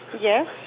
Yes